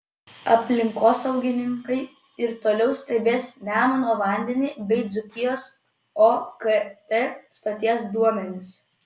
aplinkosaugininkai ir toliau stebės nemuno vandenį bei dzūkijos okt stoties duomenis